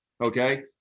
Okay